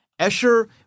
Escher